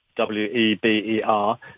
W-E-B-E-R